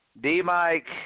D-Mike